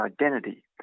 identity